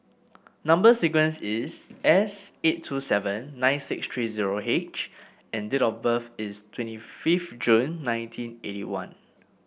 number sequence is S eight two seven nine six three zero H and date of birth is twenty fifth June nineteen eighty one